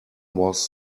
was